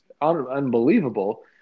unbelievable